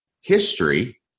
history